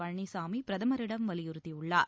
பழனிசாமி பிரதமரிடம் வலியுறுத்தியுள்ளார்